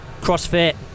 Crossfit